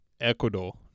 Ecuador